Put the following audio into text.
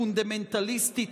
פונדמנטליסטית,